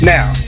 Now